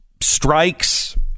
strikes